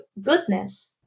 goodness